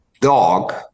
dog